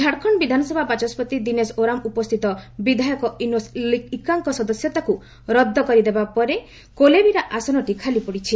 ଝାଡ଼ଖଣ୍ଡ ବିଧାନସଭା ବାଚସ୍କତି ଦୀନେଶ୍ ଓରାମ୍ ଉପସ୍ଥିତ ବିଧାୟକ ଇନୋସ୍ ଇକାଙ୍କ ସଦସ୍ୟତାକୁ ରନ୍ଦ କରିଦେବା ପରେ କୋଲେବିରା ଆସନଟି ଖାଲି ପଡ଼ିଛି